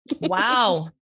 wow